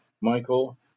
Michael